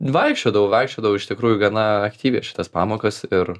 vaikščiodavau vaikščiodavau iš tikrųjų gana aktyviai šitas pamokas ir